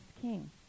king